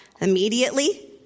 immediately